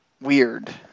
Weird